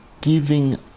giving